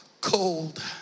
cold